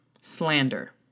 Slander